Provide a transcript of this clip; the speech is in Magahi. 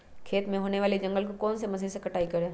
खेत में होने वाले जंगल को कौन से मशीन से कटाई करें?